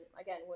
again